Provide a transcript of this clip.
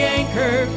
anchor